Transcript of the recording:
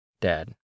Dad